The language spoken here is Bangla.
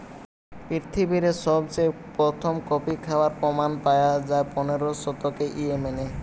পৃথিবীরে সবচেয়ে প্রথম কফি খাবার প্রমাণ পায়া যায় পনেরোর শতকে ইয়েমেনে